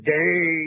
day